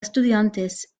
estudiantes